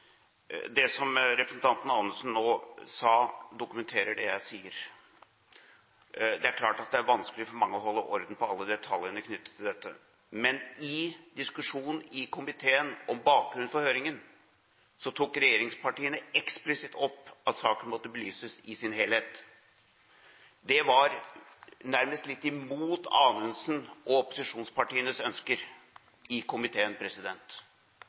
forveien. Det representanten Anundsen nå sa, dokumenterer det jeg sier. Det er klart at det er vanskelig for mange å holde orden på alle detaljene knyttet til dette. Men i diskusjonen i komiteen om bakgrunnen for høringen tok regjeringspartiene eksplisitt opp at saken måtte belyses i sin helhet. Det var nærmest litt imot Anundsen og opposisjonspartienes ønsker i komiteen.